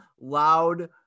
loud